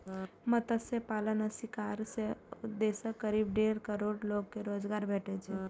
मत्स्य पालन आ शिकार सं देशक करीब डेढ़ करोड़ लोग कें रोजगार भेटै छै